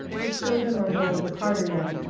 which show them a world of harder men,